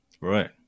right